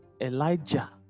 Elijah